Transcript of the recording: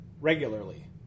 regularly